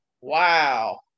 Wow